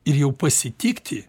ir jau pasitikti